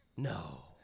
No